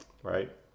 right